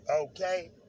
okay